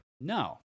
No